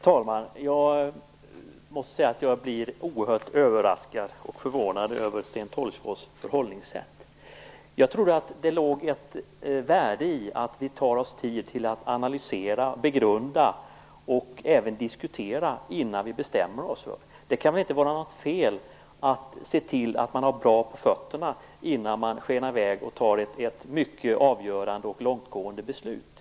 Herr talman! Jag måste säga att jag blir oerhört överraskad och förvånad över Sten Tolgfors förhållningssätt. Jag trodde att det låg ett värde i att vi tar oss tid att analysera, begrunda och även diskutera innan vi bestämmer oss. Det kan väl inte vara fel att se till att man har bra på fötterna innan man skenar i väg och fattar ett mycket avgörande och långtgående beslut.